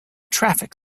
traffic